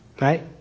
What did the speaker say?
Right